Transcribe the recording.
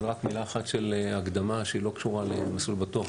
ורק מילה אחת של הקדמה שהיא לא קשורה ל"מסלול בטוח",